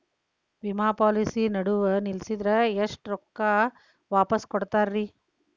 ವಿಮಾ ಪಾಲಿಸಿ ನಡುವ ನಿಲ್ಲಸಿದ್ರ ಎಷ್ಟ ರೊಕ್ಕ ವಾಪಸ್ ಕೊಡ್ತೇರಿ?